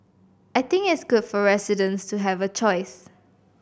I think it's good for residents to have a choice